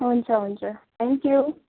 हुन्छ हुन्छ थ्याङ्क्यु